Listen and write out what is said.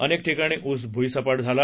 अनेक ठिकाणी ऊस भुईसपाट झाला